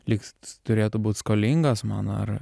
lyg turėtų būt skolingas man ar